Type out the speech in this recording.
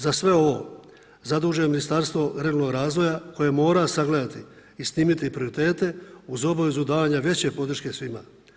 Za sve ovo zaduženo je Ministarstvo regionalnog razvoja koje mora sagledati i snimiti prioritete uz obavezu davanja veće podrške svima.